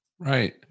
Right